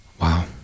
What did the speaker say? wow